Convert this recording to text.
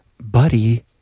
Buddy